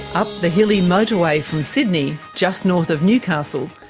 up the hilly motorway from sydney, just north of newcastle,